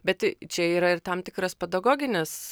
bet čia yra ir tam tikras pedagoginis